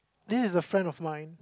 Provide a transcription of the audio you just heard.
this is a friend of mine